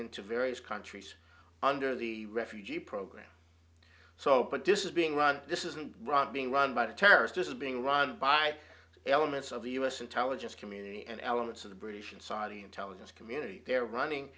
into various countries under the refugee program so but this is being run this isn't run being run by the terrorist is being run by elements of the u s intelligence community and elements of the british and saudi intelligence community they're running